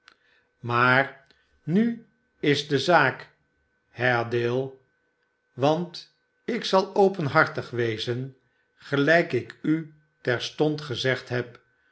maar nu is de zaak haredale want ik zal openhartig wezen gelijk ik u terstond gezegd heb